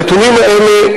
הנתונים האלה,